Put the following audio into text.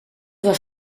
was